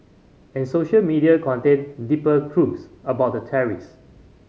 and social media contained deeper clues about the terrorist